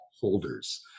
holders